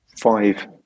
five